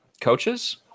coaches